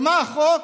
ומה החוק?